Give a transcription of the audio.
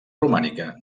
romànica